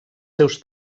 seus